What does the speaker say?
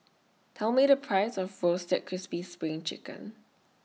Tell Me The Price of Roasted Crispy SPRING Chicken